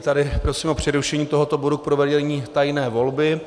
I tady prosím o přerušení tohoto bodu k provedení tajné volby.